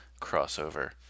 crossover